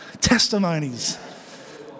testimonies